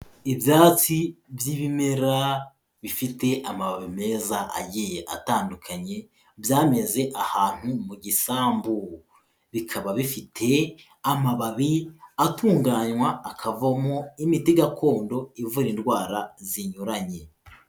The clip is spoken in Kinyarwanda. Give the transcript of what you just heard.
Ibyatsi by'ibimera bifite amababi meza agiye atandukanye byameze ahantu mu gisambu, bikaba bifite amababi atunganywa akavamo imiti gakondo ivura indwara zinyuranye.